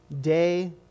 day